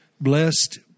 blessed